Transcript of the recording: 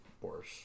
worse